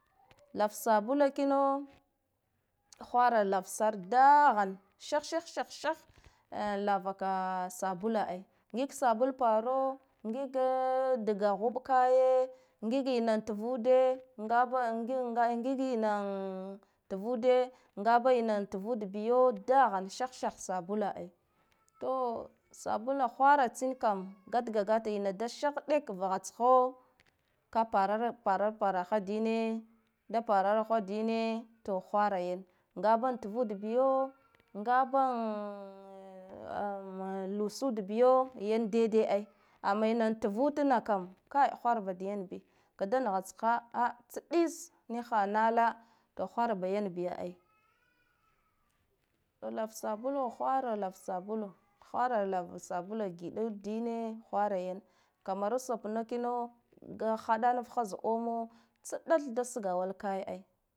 Lav sabula kina hwara lav sar dahane sih sih sih lava ka sabula ai ngig sabula paro ngige daga huɓ kaye ngi ina turude ngaba ngig ngig ina turude ngaba ina turude biya dahan sih sih sabula ai. To sabula hawara tsu kam gadga gata ina da shihɗik vaha tsho ka parara paradie da pararaha dine to hwara yane ngaba turude biyo ngaba lusud biyo yan daide ai, amma ina turudna kam kai hwar ba yan biya kadna naha tsha aa tsɓiz niha nala hwar ba yan bi ai, to lar sabulo hwara lav sabula hwara lava sabula giɗa ud ɗine hwara yan kamaru sop na kino da haɗa naf za omo tsɓath da sga wala kaye ai.